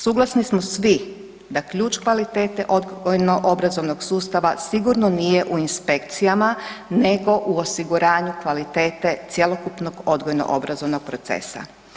Suglasni smo svi da ključ kvalitete odgojno obrazovnog sustava sigurno nije u inspekcijama nego u osiguranju kvalitete cjelokupnog odgojno obrazovnog procesa.